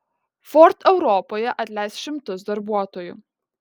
ford europoje atleis šimtus darbuotojų